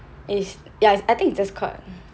is ya is I think it's just called